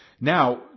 Now